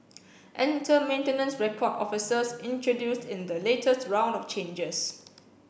enter maintenance record officers introduced in the latest round of changes